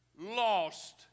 lost